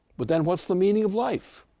but then, what's the meaning of life?